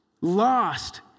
lost